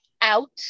out